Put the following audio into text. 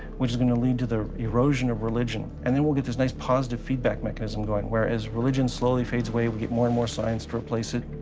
which is going to lead to the erosion of religion, and then we'll get this nice positive feedback mechanism going, where as religion slowly fades away, we get more and more science to replace it.